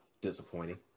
disappointing